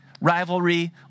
rivalry